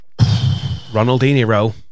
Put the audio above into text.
Ronaldinho